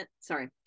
sorry